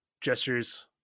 gestures